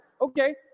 okay